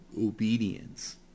obedience